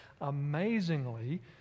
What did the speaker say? amazingly